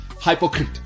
hypocrite